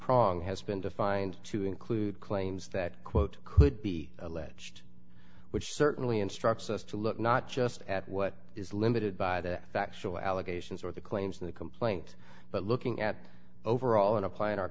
prong has been defined to include claims that quote could be alleged which certainly instructs us to look not just at what is limited by the factual allegations or the claims in the complaint but looking at overall and applying our